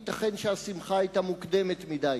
ייתכן שהשמחה היתה מוקדמת מדי.